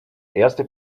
erste